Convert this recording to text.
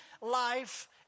life